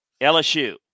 LSU